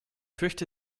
fürchte